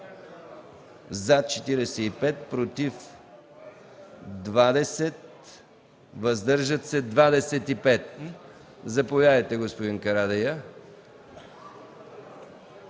за 45, против 20, въздържали се 25. Заповядайте, господин Карадайъ.